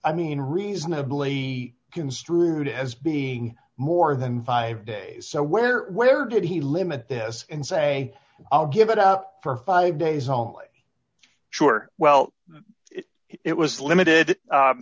i mean reasonably construed as being more than five days so where where did he limit this and say i'll give it up for five days all sure well it was limited